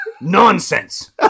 Nonsense